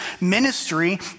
ministry